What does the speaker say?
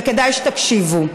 וכדאי שתקשיבו.